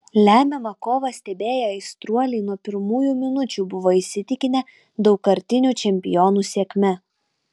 lemiamą kovą stebėję aistruoliai nuo pirmųjų minučių buvo įsitikinę daugkartinių čempionų sėkme